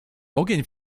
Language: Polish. ogień